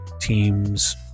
teams